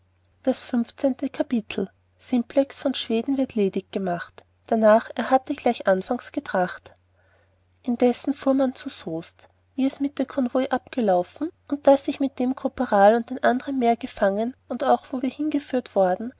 das fünfzehnte kapitel simplex von schweden wird ledig gemacht darnach er hatte gleich anfangs getracht indessen erfuhr man zu soest wie es mit der konvoi abgeloffen und daß ich mit dem korporal und andern mehr gefangen auch wo wir hingeführet worden